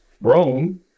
Rome